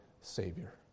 Savior